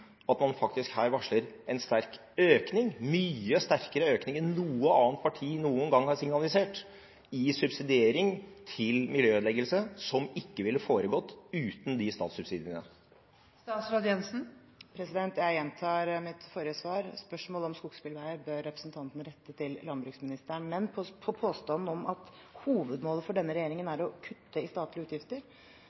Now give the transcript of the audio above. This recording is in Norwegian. at man her faktisk varsler en sterk økning – en mye sterkere økning enn noe annet parti noen gang har signalisert – i subsidiering til miljøødeleggelse, som ikke ville foregått uten de statssubsidiene. Jeg gjentar mitt forrige svar: Spørsmålet om skogsbilveier bør representanten rette til landbruksministeren. Når det gjelder påstanden om at hovedmålet for denne regjeringen er å kutte i statlige utgifter,